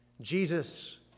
Jesus